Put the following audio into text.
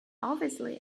obviously